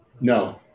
No